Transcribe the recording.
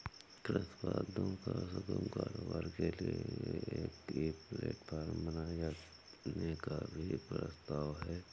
कृषि उत्पादों का सुगम कारोबार के लिए एक ई प्लेटफॉर्म बनाए जाने का भी प्रस्ताव है